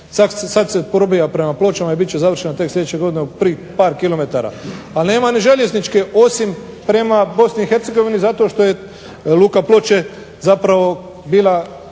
sada probija prema Pločama i bit će završena sljedeće godine par kilometara. A nema ni željezničke osim prema BiH zato što je Luka Ploče bila